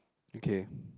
okay